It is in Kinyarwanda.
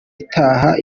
itaha